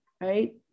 right